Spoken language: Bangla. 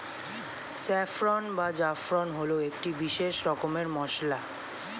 স্যাফ্রন বা জাফরান হল একটি বিশেষ রকমের মশলা